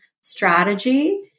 strategy